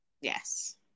Yes